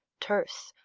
terse,